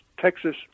Texas